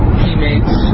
teammates